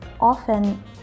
often